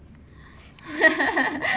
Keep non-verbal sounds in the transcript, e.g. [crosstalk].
[laughs]